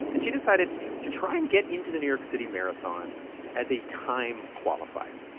and she decided to try and get into the new york city marathon as a time qualifier.